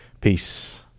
peace